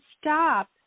stop